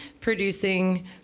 producing